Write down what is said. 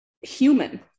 human